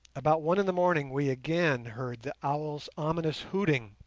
about one in the morning we again heard the owl's ominous hooting,